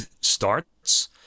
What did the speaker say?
starts